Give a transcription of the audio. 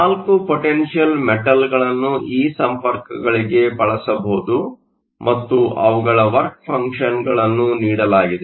4 potential ಮೆಟಲ್Metalಗಳನ್ನು ಈ ಸಂಪರ್ಕಗಳಿಗೆ ಬಳಸಬಹುದು ಮತ್ತು ಅವುಗಳ ವರ್ಕ್ ಫಂಕ್ಷನ್Work functionಗಳನ್ನು ನೀಡಲಾಗಿದೆ